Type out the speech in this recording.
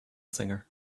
singer